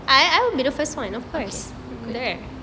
correct